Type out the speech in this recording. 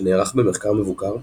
שנערך במחקר מבוקר,